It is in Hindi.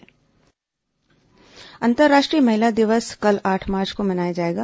अंतर्राष्ट्रीय महिला दिवस अंतर्राष्ट्रीय महिला दिवस कल आठ मार्च को मनाया जाएगा